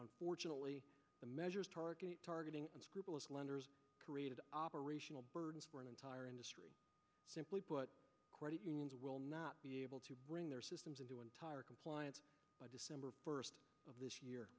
orginally the measures target targeting unscrupulous lenders created operational burdens for an entire industry simply put credit unions will not be able to bring their systems into entire compliance by december first of this year